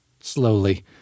slowly